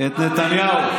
את נתניהו.